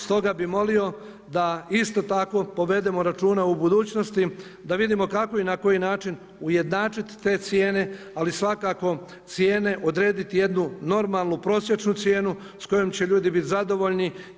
Stoga bih molio da isto tako povedemo računa u budućnosti da vidimo kako i na koji način ujednačiti te cijene, ali svakako cijene odrediti jednu normalnu, prosječnu cijenu sa kojom će ljudi biti zadovoljni.